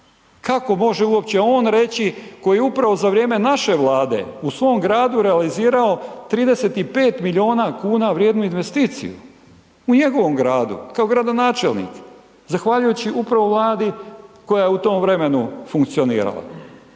Kako može uopće on reći koji upravo za vrijeme naše Vlade u svom gradu realizirao 35 milijuna kuna vrijednu investiciju. U njegovom gradu, kao gradonačelnik. Zahvaljujući upravo Vladi koja je u tom vremenu funkcionirala.